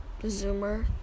Zoomer